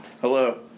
Hello